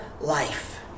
life